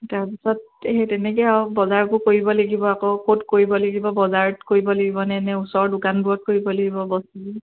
তাৰ পিছত সেই তেনেকৈ আৰু বজাৰবোৰ কৰিব লাগিব আকৌ ক'ত কৰিব লাগিব বজাৰত কৰিব লাগিব নে ওচৰ দোকানবোৰত কৰিব লাগিব বস্তুবোৰ